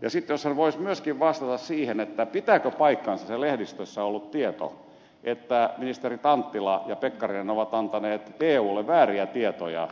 ja sitten jos hän voisi myöskin vastata siihen pitääkö paikkansa se lehdistössä ollut tieto että ministerit anttila ja pekkarinen ovat antaneet eulle vääriä tietoja